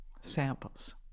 samples